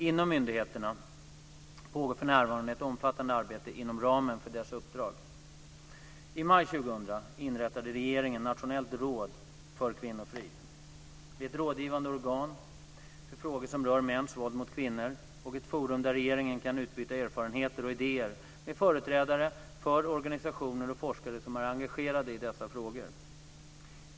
Inom myndigheterna pågår för närvarande ett omfattande arbete inom ramen för dessa uppdrag. I maj 2000 inrättade regeringen Nationellt råd för kvinnofrid. Det är ett rådgivande organ för frågor som rör mäns våld mot kvinnor och ett forum där regeringen kan utbyta erfarenheter och idéer med företrädare för organisationer och forskare som är engagerade i dessa frågor.